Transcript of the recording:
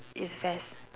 it's ves